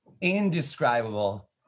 indescribable